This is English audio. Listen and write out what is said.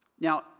Now